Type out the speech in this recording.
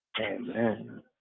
Amen